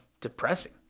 depressing